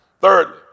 Thirdly